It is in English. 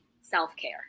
self-care